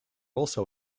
also